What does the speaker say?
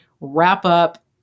wrap-up